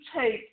take